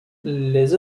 les